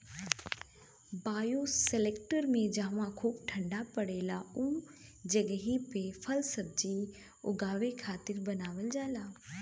bioshelter में जहवा खूब ठण्डा पड़ेला उ जगही पे फलसब्जी उगावे खातिर बनावल जाला